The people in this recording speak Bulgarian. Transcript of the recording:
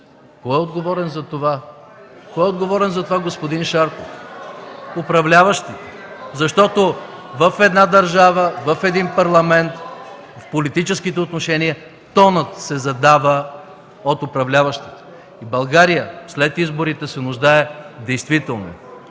шум и реплики от ГЕРБ.) Кой е отговорен за това, господин Шарков? Управляващите! Защото в една държава, в един парламент, политическите отношения, тонът се задава от управляващите. И България след изборите се нуждае действително